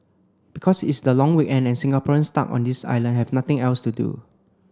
because it is the long weekend and Singaporeans stuck on this island have nothing else to do